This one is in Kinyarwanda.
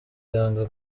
yanga